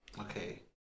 okay